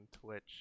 twitch